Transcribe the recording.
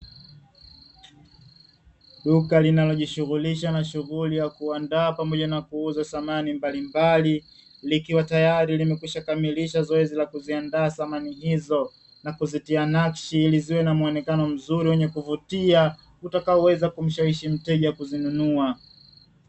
Duka linalojishughulisha na shughuli ya kuandaa pamoja na kuuza samani mbalimbali, likiwa tayari limekwisha kamilisha zoezi la kuziandaa samani hizo na kuzitia nakshi ili ziwe na muonekano mzuri wa kuvutia utakao mshawishi mteja kununua.